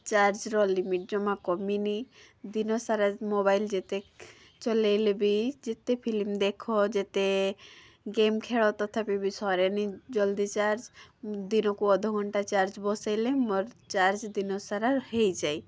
ଚାର୍ଜ୍ର limit ଜମା କମିନି ଦିନସାରା ମୋବାଇଲ୍ ଯେତେ ଚଲାଇଲେ ବି ଯେତେ ଫିଲ୍ମ୍ ଦେଖ ଯେତେ ଗେମ୍ ଖେଳ ତଥାପି ବି ସରେନି ଜଲ୍ଦି ଚାର୍ଜ୍ ଦିନକୁ ଅଧ ଘଣ୍ଟା ଚାର୍ଜ୍ ବସେଇଲେ ମୋର ଚାର୍ଜ୍ ଦିନ ସାରା ହେଇଯାଏ